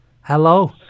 hello